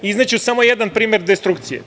Izneću samo jedan primer destrukcije.